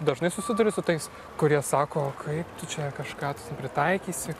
dažnai susiduri su tais kurie sako kaip tu čia kažką pritaikysi